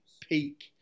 peak